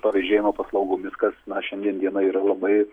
pavėžėjimo paslaugomis kas na šiandien dienai yra labai